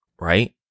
right